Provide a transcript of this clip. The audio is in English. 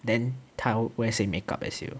then 她 wear same makeup as you